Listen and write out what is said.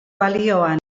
balioan